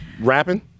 rapping